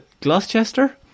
Gloucester